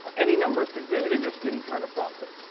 any number of things. maybe they just didn't turn a profit,